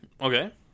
Okay